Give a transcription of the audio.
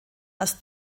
dass